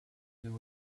there